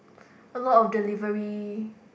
a lot of delivery